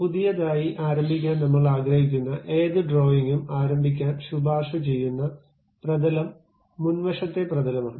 പുതിയതായി ആരംഭിക്കാൻ നമ്മൾ ആഗ്രഹിക്കുന്ന ഏത് ഡ്രോയിംഗും ആരംഭിക്കാൻ ശുപാർശ ചെയ്യുന്ന പ്രതലം മുൻവശത്തെ പ്രതലമാണ്